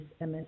MS